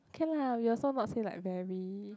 can lah we also not say like very